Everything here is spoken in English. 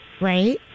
Right